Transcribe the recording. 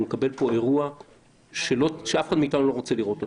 אנחנו נקבל פה אירוע שאף אחד מאיתנו לא רוצה לראות אותו.